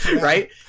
right